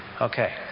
Okay